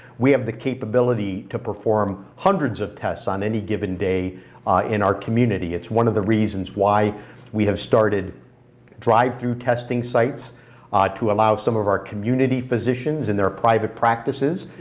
we have the capability to perform hundreds of tests on any given day in our community. it's one of the reasons why we have started drive-through testing sites to allow some of our community physicians and their private practices.